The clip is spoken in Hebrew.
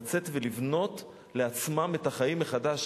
לצאת ולבנות לעצמן את החיים מחדש.